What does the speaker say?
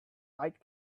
white